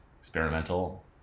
experimental